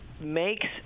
makes